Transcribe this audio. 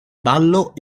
ballo